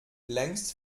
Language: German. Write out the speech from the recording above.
längst